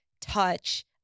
touch